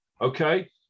okay